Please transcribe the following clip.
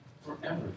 forever